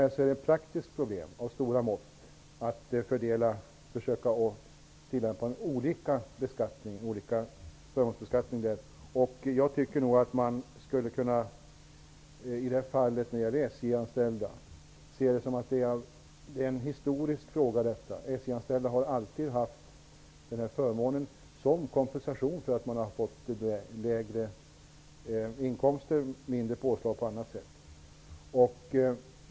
Det är dock ett praktiskt problem av stora mått att tillämpa differentierad förmånsbeskattning. För SJ-anställda är denna fråga historisk. SJ-anställda har alltid haft den här typen av förmån som kompensation för låga inkomster och för inte så höga påslag i vissa sammanhang.